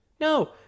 No